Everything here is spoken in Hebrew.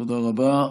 תודה רבה.